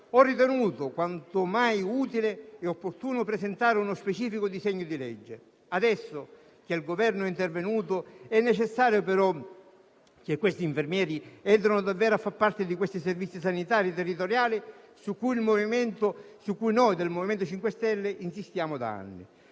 ho ritenuto quanto mai utile e opportuno presentare uno specifico disegno di legge. Adesso che il Governo è intervenuto, è necessario però che questi infermieri entrino davvero a far parte dei Servizi sanitari territoriali, su cui noi del MoVimento 5 Stelle insistiamo da anni.